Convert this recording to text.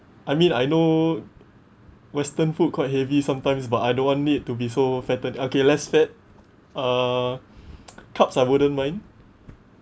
I mean I know western food court heavy sometimes but I don't want it to be so fatten~ okay less fat uh cups I wouldn't mind